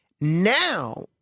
Now